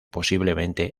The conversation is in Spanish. posiblemente